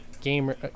gamer